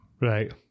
right